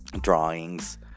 drawings